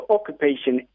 Occupation